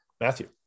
Matthew